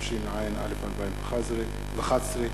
התשע"א 2011,